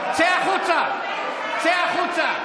צא החוצה, צא החוצה, צא החוצה.